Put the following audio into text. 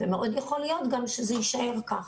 ומאוד יכול להיות שזה יישאר כך.